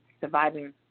surviving